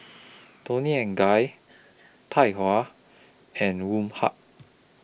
Toni and Guy Tahuna and Woh Hup